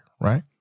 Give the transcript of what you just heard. Right